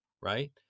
right